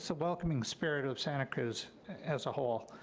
so welcoming spirit of santa cruz as a whole,